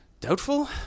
Doubtful